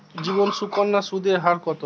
জীবন সুকন্যা সুদের হার কত?